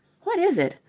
what is it?